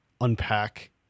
unpack